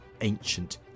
ancient